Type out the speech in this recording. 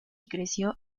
creció